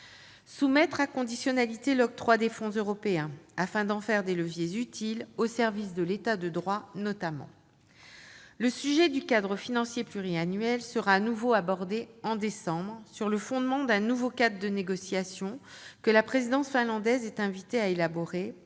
soumettre à conditionnalités l'octroi des fonds européens afin d'en faire des leviers utiles, notamment au service de l'État de droit ... Le sujet du cadre financier pluriannuel sera à nouveau abordé en décembre, sur le fondement d'un nouveau cadre de négociation que la présidence finlandaise est invitée à élaborer